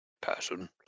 person